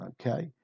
Okay